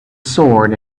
sword